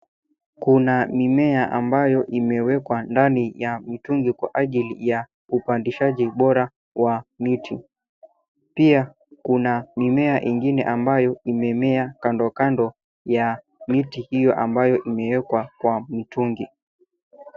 Kuna mimea ambayo imewekwa ndani ya mitungi kwa ajili ya upandishaji bora wa miti. Pia kuna mimea ingine ambayo imemea kando kando ya miti hio ambayo imewekwa kwa mitungi.